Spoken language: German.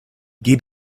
geht